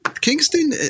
Kingston